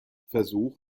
versuch